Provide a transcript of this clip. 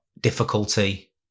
difficulty